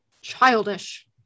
childish